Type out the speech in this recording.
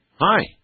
Hi